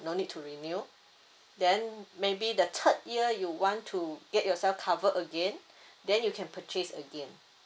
no need to renew then maybe the third year you want to get yourself cover again then you can purchase again